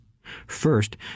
first